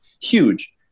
huge